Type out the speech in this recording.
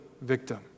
victim